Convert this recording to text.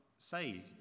say